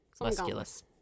musculus